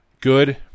Good